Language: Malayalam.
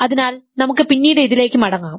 അതിനാൽ നമുക്ക് പിന്നീട് ഇതിലേക്ക് മടങ്ങാം